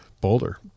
Boulder